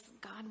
God